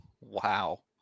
Wow